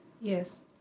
Yes